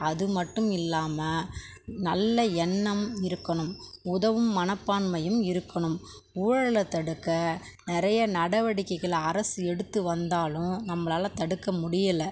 அது மட்டும் இல்லாமல் நல்ல எண்ணம் இருக்கணும் உதவும் மனப்பான்மையும் இருக்கணும் ஊழலை தடுக்க நிறைய நடவடிக்கைகளை அரசு எடுத்து வந்தாலும் நம்மளால் தடுக்க முடியலை